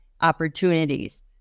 opportunities